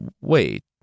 Wait